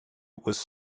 was